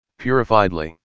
purifiedly